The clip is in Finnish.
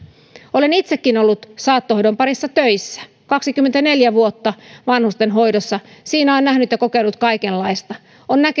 olen itsekin ollut saattohoidon parissa töissä kaksikymmentäneljä vuotta vanhustenhoidossa siinä on nähnyt ja kokenut kaikenlaista on